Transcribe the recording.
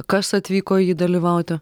kas atvyko į jį dalyvauti